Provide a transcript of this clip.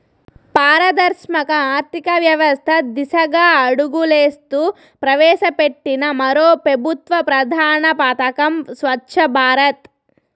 పారదర్శక ఆర్థికవ్యవస్త దిశగా అడుగులేస్తూ ప్రవేశపెట్టిన మరో పెబుత్వ ప్రధాన పదకం స్వచ్ఛ భారత్